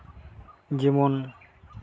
ᱡᱮᱢᱚᱱ